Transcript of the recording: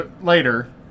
later